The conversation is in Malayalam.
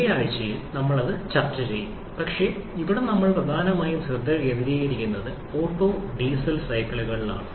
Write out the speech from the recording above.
ഇതേ ആഴ്ചയിൽ ഞങ്ങൾ ചർച്ചചെയ്യും പക്ഷേ ഇവിടെ ഞങ്ങൾ പ്രധാനമായും ശ്രദ്ധ കേന്ദ്രീകരിക്കുന്നത് ഓട്ടോ ഡീസൽ സൈക്കിളിലാണ്